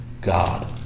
God